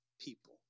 people